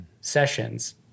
sessions